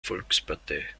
volkspartei